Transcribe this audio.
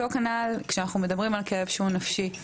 כנ"ל, כשאנחנו מדברים על כאב נפשי.